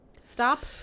stop